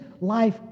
life